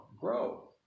grow